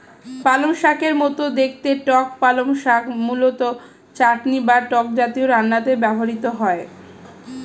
পালংশাকের মতো দেখতে টক পালং শাক মূলত চাটনি বা টক জাতীয় রান্নাতে ব্যবহৃত হয়